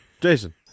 Jason